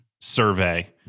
survey